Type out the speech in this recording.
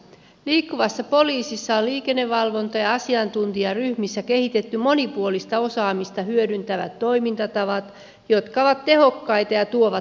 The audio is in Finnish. liikkuvassa poliisissa on liikenteenvalvonta ja asiantuntijaryhmissä kehitetty monipuolista osaamista hyödyntävät toimintatavat jotka ovat tehokkaita ja tuovat näkyvyyttä